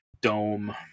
dome